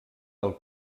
del